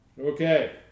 Okay